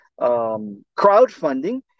crowdfunding